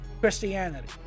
christianity